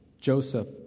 Joseph